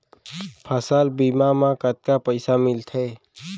फसल बीमा म कतका पइसा मिलथे?